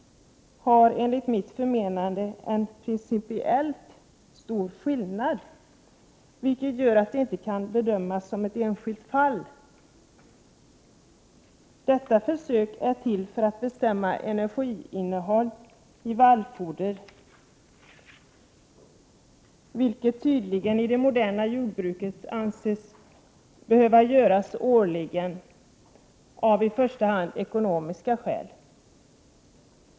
Skillnaden är — enligt mitt förmenande — principiellt stor, vilket gör att de inte kan bedömas som enskilda fall. Dessa försök genomförs för att kunna bestämma energiinnehåll i vallfoder, vilket tydligen anses behöva göras årligen i det moderna jordbruket, i första hand av ekonomiska skäl.